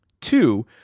Two